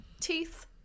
Teeth